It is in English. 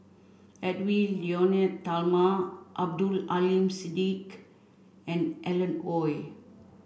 Edwy Lyonet Talma Abdul Aleem Siddique and Alan Oei